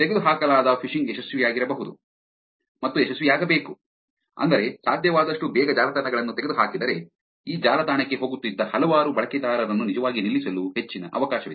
ತೆಗೆದುಹಾಕಲಾದ phishing ಯಶಸ್ವಿಯಾಗಬೇಕು ಅಂದರೆ ಸಾಧ್ಯವಾದಷ್ಟು ಬೇಗ ಜಾಲತಾಣಗಳನ್ನು ತೆಗೆದುಹಾಕಿದರೆ ಈ ಜಾಲತಾಣಕ್ಕೆ ಹೋಗುತ್ತಿದ್ದ ಹಲವಾರು ಬಳಕೆದಾರರನ್ನು ನಿಜವಾಗಿ ನಿಲ್ಲಿಸಲು ಹೆಚ್ಚಿನ ಅವಕಾಶವಿದೆ